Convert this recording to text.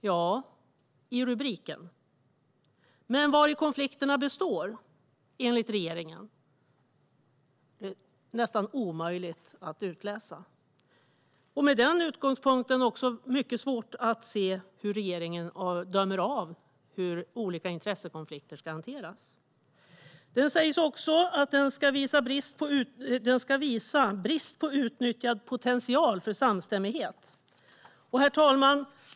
Ja, i rubriken, men vari konflikterna består, enligt regeringen, är nästan omöjligt att utläsa. Med denna utgångspunkt är det också mycket svårt att se hur regeringen bedömer hur olika intressekonflikter ska hanteras. Det sägs också att skrivelsen ska visa brist på utnyttjad potential för samstämmighet.